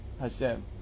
Hashem